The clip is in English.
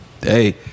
hey